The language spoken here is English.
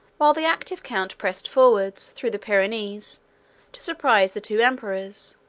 while the active count pressed forwards, through the pyrenees, to surprise the two emperors,